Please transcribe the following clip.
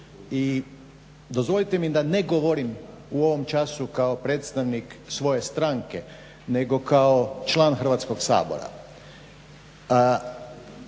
I dozvolite mi da ne govorim u ovom času kao predstavnik svoje stranke nego kao član Hrvatskoga sabora.